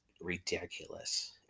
ridiculous